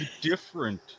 different